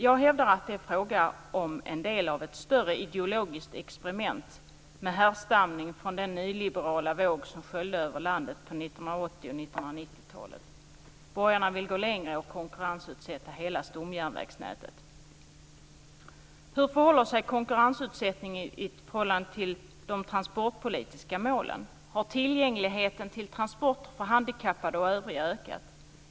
Jag hävdar att det är fråga om en del av ett större ideologiskt experiment som härrör från den nyliberala våg som sköljde över landet på 1980 och 1990-talet. Borgarna vill gå längre och konkurrensutsätta hela stomjärnvägsnätet. Hur förhåller sig konkurrensutsättning i förhållande till de transportpolitiska målen? Har tillgängligheten till transporter för handikappade och övriga ökat?